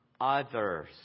others